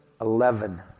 Eleven